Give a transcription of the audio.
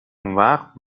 اونوقت